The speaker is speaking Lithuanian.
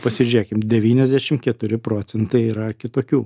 pasižiūrėkim devyniasdešim keturi procentai yra kitokių